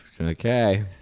Okay